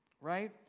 right